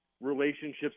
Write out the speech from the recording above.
relationships